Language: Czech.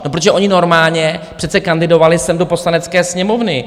No protože oni normálně přece kandidovali sem do Poslanecké sněmovny.